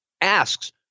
asks